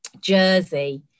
Jersey